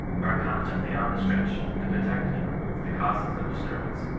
are constantly on the stretch to detect and remoye the causes of disturbance,